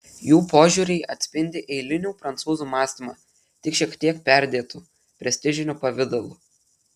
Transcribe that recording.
jų požiūriai atspindi eilinių prancūzų mąstymą tik šiek tiek perdėtu prestižiniu pavidalu